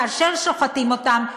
כאשר שוחטים אותם,